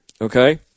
Okay